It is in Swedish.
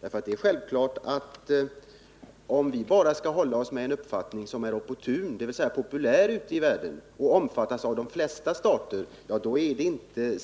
FOS äl red 5 Demokratiska | m vi bara” skall hålla oss med en uppfattning som är öpportun;, dvs. republiken Östra populär ute i världen, och som omfattas av de flesta stater, då är det inte